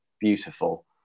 beautiful